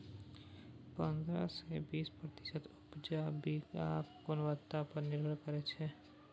पंद्रह सँ बीस प्रतिशत उपजा बीयाक गुणवत्ता पर निर्भर करै छै